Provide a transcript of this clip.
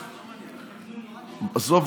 בסוף,